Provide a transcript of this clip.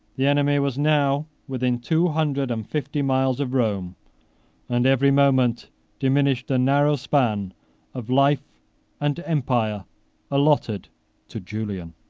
the enemy was now within two hundred and fifty miles of rome and every moment diminished the narrow span of life and empire allotted to julian.